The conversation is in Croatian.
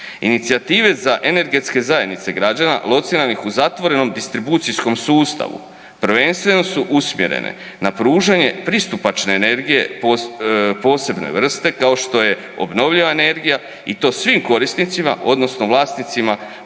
Inicijative za energetske zajednice građana lociranih u zatvorenom distribucijskom sustavu prvenstveno su usmjerene na pružanje pristupačne energije po, posebne vrste kao što je obnovljiva energija i to svim korisnicima odnosno vlasnicima